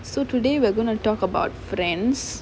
so today we're going to talk about friends